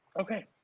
Okay